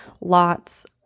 lots